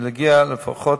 נגיע לפחות